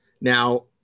Now